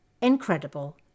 Incredible